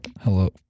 hello